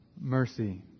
mercy